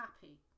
happy